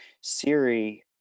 Siri